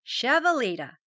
Chevalita